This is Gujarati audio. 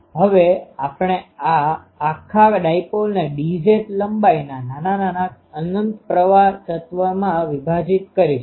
હવે આપણે આ આખા ડાયપોલને dz લંબાઈના નાના નાના અનંત પ્રવાહ તત્વમાં વિભાજીત કરીશું